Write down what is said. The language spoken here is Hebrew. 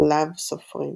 לאב סופרים.